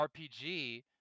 RPG